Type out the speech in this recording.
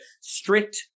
strict